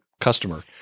customer